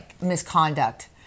misconduct